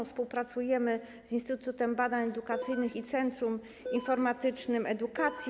Współpracujemy z Instytutem Badań Edukacyjnych i Centrum Informatycznym Edukacji.